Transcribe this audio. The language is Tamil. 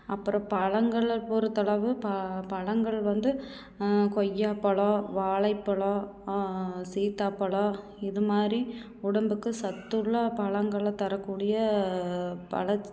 அப்புறம் பழங்களை பொறுத்தளவு ப பழங்கள் வந்து கொய்யாப்பழம் வாழைப்பழம் சீத்தாப்பழம் இதுமாதிரி உடம்புக்கு சத்துள்ள பழங்களை தரக்கூடிய பழ